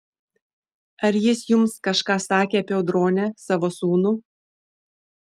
ar jis jums kažką sakė apie audronę savo sūnų